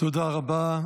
תודה רבה.